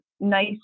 Nice